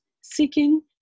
seeking